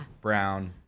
brown